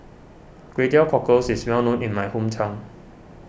Kway Teow Cockles is well known in my hometown